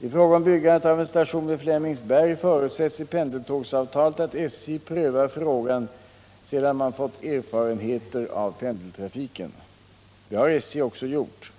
I fråga om byggandet av en station vid Flemingsberg förutsätts i pendeltågsavtalet att SJ prövar frågan sedan man fått erfarenheter av pendeltrafiken. Det har SJ också gjort.